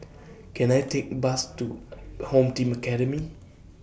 Can I Take Bus to Home Team Academy